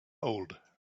old